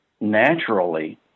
naturally